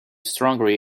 strongly